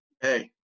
hey